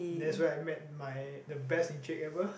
that's when I met my the best Encik ever